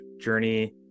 journey